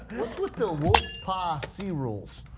whats with the wolf-pa c rules?